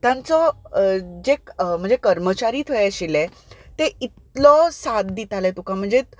तांचो म्हणजे जे कर्मचारी थंय आशिल्ले ते इतलो साथ दिताले तुका म्हणजे